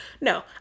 no